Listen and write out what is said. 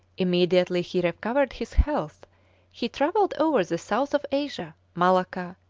immediately he recovered his health he travelled over the south of asia, malacca,